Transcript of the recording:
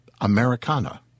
Americana